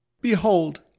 Behold